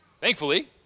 Thankfully